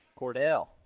Cordell